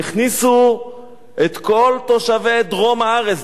הכניסו את כל תושבי דרום הארץ,